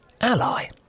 ally